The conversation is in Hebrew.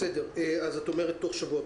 אז את אומרת שתוך שבוע.